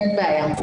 אין בעיה.